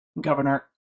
Governor